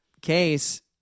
case